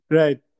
right